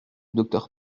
docteur